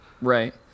right